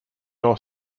nor